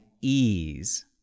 ease